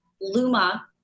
Luma